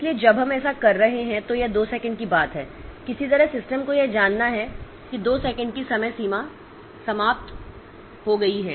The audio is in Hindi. इसलिए जब हम ऐसा कर रहे हैं तो यह 2 सेकंड की बात है किसी तरह सिस्टम को यह जानना है कि 2 सेकंड की समय सीमा समाप्त हो गई है